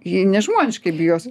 ji nežmoniškai bijos